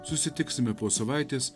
susitiksime po savaitės